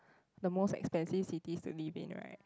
the most expensive cities to live in right